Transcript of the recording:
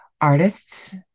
artists